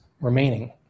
remaining